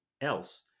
else